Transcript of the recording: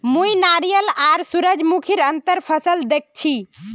मुई नारियल आर सूरजमुखीर अंतर फसल दखल छी